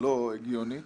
לא הגיונית